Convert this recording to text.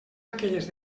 aquelles